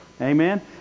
Amen